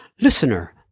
listener